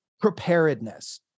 preparedness